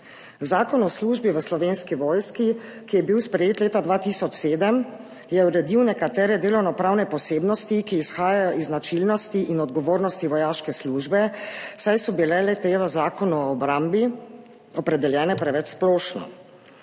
Zakon o službi v Slovenski vojski, ki je bil sprejet leta 2007, je uredil nekatere delovnopravne posebnosti, ki izhajajo iz značilnosti in odgovornosti vojaške službe, saj so bile le-te v Zakonu o obrambi opredeljene preveč splošno.